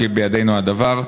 כי בידינו הדבר.